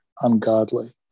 ungodly